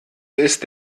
ist